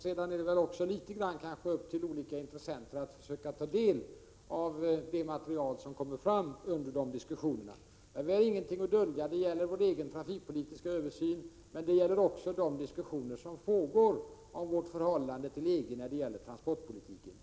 Sedan ankommer det kanske i någon mån också på olika intressenter att försöka ta del av det material som kommer fram under dessa diskussioner. Vi har ingenting att dölja. Det gäller vår egen trafikpolitiska översyn, men det gäller också de diskussioner som pågår om vårt förhållande till EG när det gäller transportpolitiken.